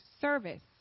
service